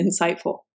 insightful